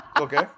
okay